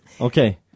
Okay